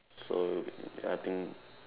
so I think